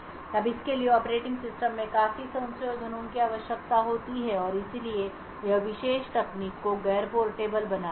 अब इसके लिए ऑपरेटिंग सिस्टम में काफी संशोधनों की आवश्यकता होती है और इसलिए यह विशेष तकनीक को गैर पोर्टेबल बनाती है